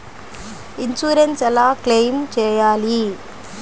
Insurance ఎలా claim చేయాలి?